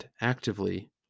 actively